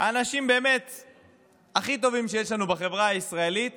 האנשים הכי טובים שיש לנו בחברה הישראלית